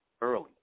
early